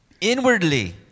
Inwardly